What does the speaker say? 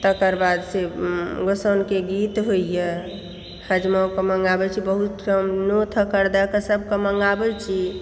तकर बाद से गोसाउनिके गीत होइया हजमाके मंगाबै छै बहुत रङ्ग नौत हकार दै कऽ सबके मंगाबै छी